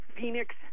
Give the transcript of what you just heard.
Phoenix